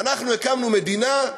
אנחנו הקמנו מדינה,